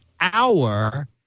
hour